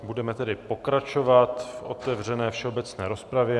Budeme tedy pokračovat v otevřené všeobecné rozpravě.